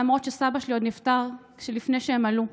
למרות שסבא שלי נפטר לפני שהם עלו.